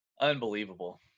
Unbelievable